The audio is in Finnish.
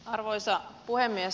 arvoisa puhemies